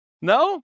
no